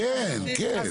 רק הח"כים יכולים להתפרץ.